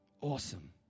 Awesome